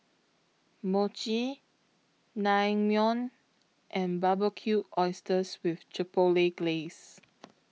Mochi Naengmyeon and Barbecued Oysters with Chipotle Glaze